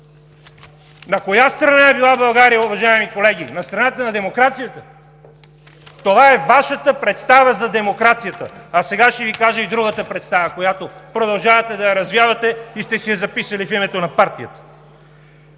На коя страна е била България, уважаеми колеги? На страната на демокрацията? Това е Вашата представа за демокрацията. А сега ще Ви кажа и другата представа, която продължавате да развявате, и сте си я записали в името на партията.